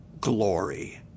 glory